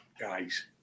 guys